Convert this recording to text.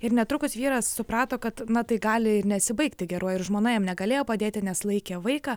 ir netrukus vyras suprato kad na tai gali nesibaigti geruoju ir žmona jam negalėjo padėti nes laikė vaiką